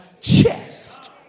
chest